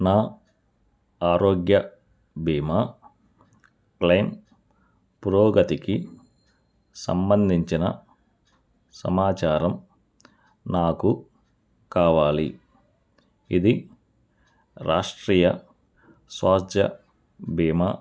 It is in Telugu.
నా ఆరోగ్య బీమా క్లెయిమ్ పురోగతికి సంబంధించిన సమాచారం నాకు కావాలి ఇది రాష్ట్రీయ శ్వాస బీమా